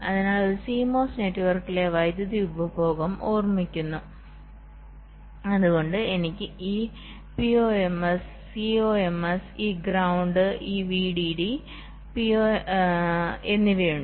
അതിനാൽ ഒരു CMOS നെറ്റ്വർക്കിലെ വൈദ്യുതി ഉപഭോഗം ഓർക്കുന്നു അതുകൊണ്ട് എനിക്ക് ഈ പിഎംഒഎസ് സിഎംഒഎസ് ഈ ഗ്രൌണ്ട് ഈ VDD PMOS CMOS this ground this VDDഎന്നിവയുണ്ട്